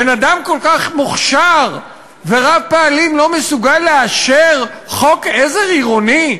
בן-אדם כל כך מוכשר ורב-פעלים לא מסוגל לאשר חוק עזר עירוני?